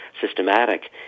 systematic